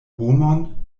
homon